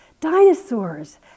Dinosaurs